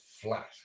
flat